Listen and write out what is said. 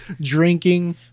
drinking